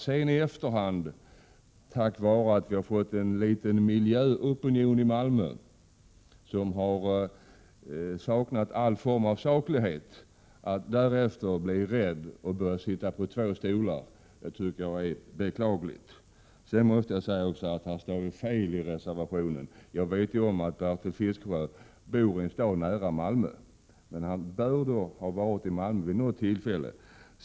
På grund av att vi i Malmö har fått en liten miljöopinion, utan varje spår av saklighet, har somliga blivit rädda och börjat sitta på två stolar. Det tycker jag är beklagligt. Sedan måste jag säga att det finns ett feli reservationen. Jag vet ju att Bertil Fiskesjö bor i en stad nära Malmö, och han bör ha varit i Malmö vid något tillfälle.